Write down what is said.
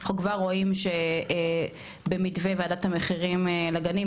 אנחנו כבר רואים שבמתווה ועדת המחירים לגנים,